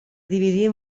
dividir